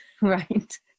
right